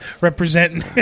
Representing